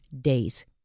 days